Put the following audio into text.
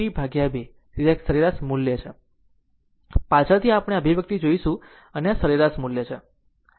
તેથી 1 t 2 તેથી આ સરેરાશ મૂલ્ય બરાબર છે પાછળથી આપણે અભિવ્યક્તિ જોશું આ સરેરાશ મૂલ્ય છે